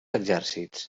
exèrcits